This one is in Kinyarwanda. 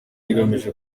igamije